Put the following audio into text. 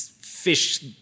fish